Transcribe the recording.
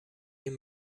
این